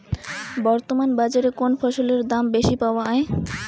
বর্তমান বাজারে কোন ফসলের দাম বেশি পাওয়া য়ায়?